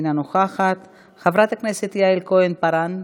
אינה נוכחת, חברת הכנסת יעל כהן-פארן,